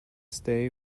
stay